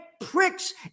pricks